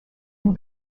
and